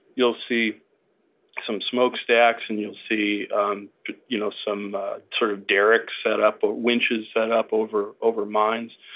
you'll see some smokestacks, and you'll see um you know some sort of derricks set up, winches set up over over mines.